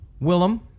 Willem